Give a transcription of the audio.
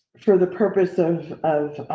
for the purpose of of.